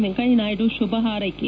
ವೆಂಕಯ್ಯನಾಯ್ಡು ಶುಭ ಹಾರ್ೈಕೆ